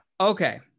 Okay